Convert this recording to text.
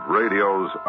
radio's